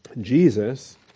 Jesus